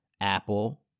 apple